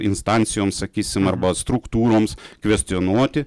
instancijoms sakysim arba struktūroms kvestionuoti